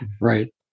Right